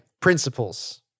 principles